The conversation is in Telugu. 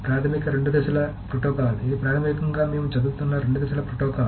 ప్రాథమిక రెండు దశల ప్రోటోకాల్ ఇది ప్రాథమికంగా మేము చదువుతున్న రెండు దశల ప్రోటోకాల్